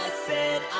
ah said